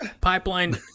pipeline